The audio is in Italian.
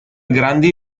grandi